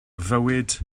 fywyd